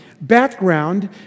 background